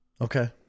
Okay